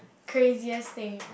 craziest things